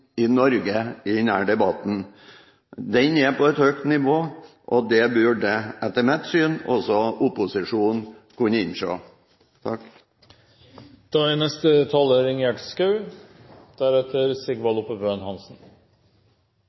i Norge. Den er på et høyt nivå, og det burde, etter mitt syn, også opposisjonen kunne innse. Høyre vil investere i mennesker og skaperkraft. Skaperkraft er